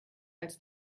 als